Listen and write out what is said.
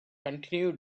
continue